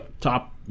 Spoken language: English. top